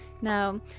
Now